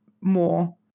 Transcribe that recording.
more